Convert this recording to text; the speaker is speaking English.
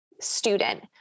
student